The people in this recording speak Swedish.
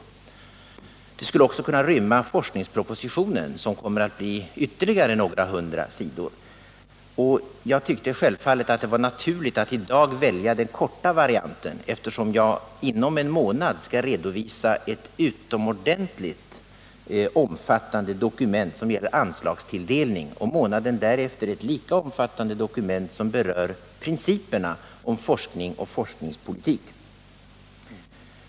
Det svaret skulle också kunna rymma forskningspropositionen, som kommer att omfatta ytterligare några hundra sidor. Jag tyckte självfallet att det var naturligt att i dag välja den korta varianten, eftersom jag inom en månad skall redovisa ett utomordentligt omfattande dokument som gäller anslagstilldelning och månaden därpå ett lika omfattande dokument som tar upp principerna för forskning och forskningspolitik.